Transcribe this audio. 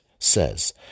says